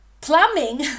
plumbing